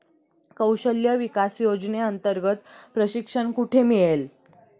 कौशल्य विकास योजनेअंतर्गत प्रशिक्षण कुठे मिळेल?